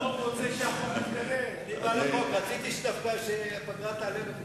רציתי שהפגרה תעלה בחשבון.